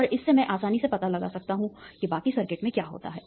और इससे मैं आसानी से पता लगा सकता हूं कि बाकी सर्किट में क्या होता है